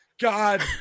God